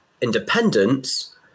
independence